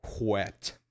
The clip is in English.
wet